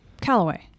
Callaway